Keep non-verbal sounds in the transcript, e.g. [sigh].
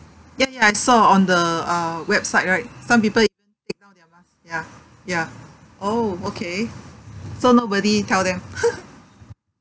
ya ya I saw on the uh website right some people even take out their masks ya ya oh okay so nobody tell them [laughs]